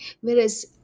whereas